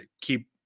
keep